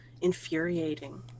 infuriating